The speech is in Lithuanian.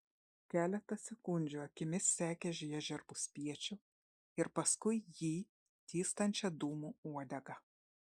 keletą sekundžių akimis sekė žiežirbų spiečių ir paskui jį tįstančią dūmų uodegą